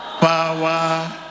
power